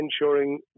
ensuring